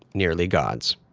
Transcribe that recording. nearly gods,